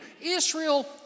Israel